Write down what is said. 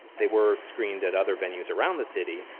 they were screened at other venues around the city.